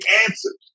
answers